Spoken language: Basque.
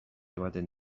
ematen